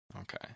Okay